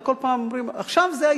הרי כל פעם אומרים: עכשיו זה.